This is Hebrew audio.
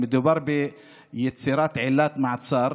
מדובר ביצירת עילת מעצר